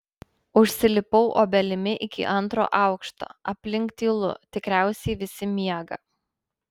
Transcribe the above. užsilipau obelimi iki antro aukšto aplink tylu tikriausiai visi miega